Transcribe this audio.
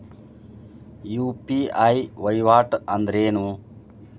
UPI ವಹಿವಾಟ್ ಅಂದ್ರೇನು?